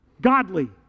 godly